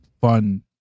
fun